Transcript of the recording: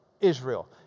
Israel